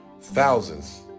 Thousands